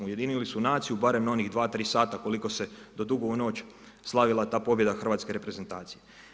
Ujedinili su naciju na barem onih dva, tri sata koliko se do dugo u noć slavila ta pobjeda hrvatske reprezentacije.